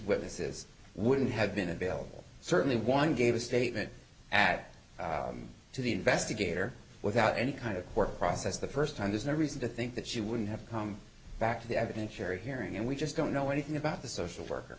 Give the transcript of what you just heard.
witnesses wouldn't have been available certainly one gave a statement that to the investigator without any kind of work process the first time there's no reason to think that she wouldn't have come back to the evidentiary hearing and we just don't know anything about the social worker